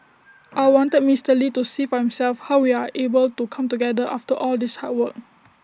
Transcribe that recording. I wanted Mr lee to see for himself how we are able to come together after all these hard work